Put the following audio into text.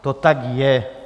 To tak je.